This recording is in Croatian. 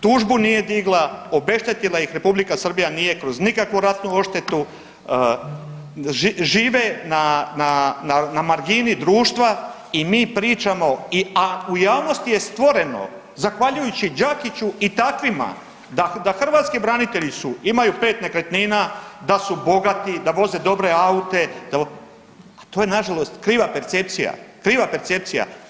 Tužbu nije digla, obeštetila ih R. Srbija nije kroz nikakvu ratnu odštetu, žive na margini društva i mi pričamo, a u javnosti je stvoreno zahvaljujući Đakiću i takvima da hrvatski branitelji su, imaju 5 nekretnina, da su bogati, da voze dobre aute, to je nažalost kriva percepcija, kriva percepcija.